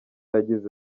yagize